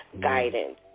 guidance